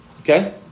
Okay